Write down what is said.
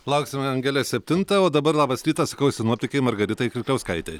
lauksime angele septintą o dabar labas rytas sakau sinoptikei margaritai kirkliauskaitei